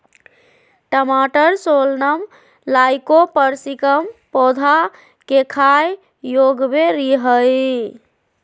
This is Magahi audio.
टमाटरसोलनम लाइकोपर्सिकम पौधा केखाययोग्यबेरीहइ